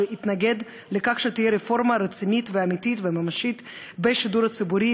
שהתנגד לכך שתהיה רפורמה רצינית ואמיתית וממשית בשידור הציבורי,